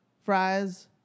fries